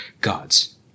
gods